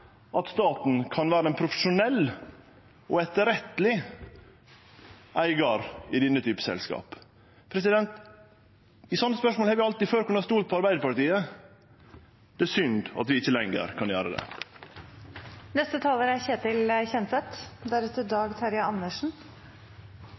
at staten kan vere ein profesjonell og etterretteleg eigar i denne typen selskap. I sånne spørsmål har vi alltid før kunna stole på Arbeidarpartiet. Det er synd at vi ikkje lenger kan gjere